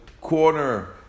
corner